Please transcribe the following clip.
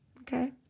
okay